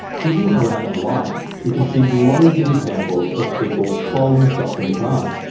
digging around online, you can see loads of examples of people trolling dr mcmahon,